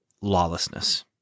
lawlessness